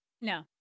No